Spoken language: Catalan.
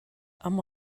amb